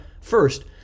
first